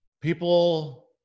People